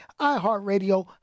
iHeartRadio